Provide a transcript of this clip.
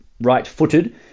right-footed